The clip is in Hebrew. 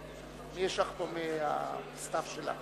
גברתי מזכירת הכנסת,